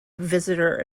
visitor